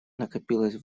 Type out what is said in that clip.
накопилось